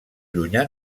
llunyà